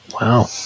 wow